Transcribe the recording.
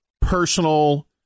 personal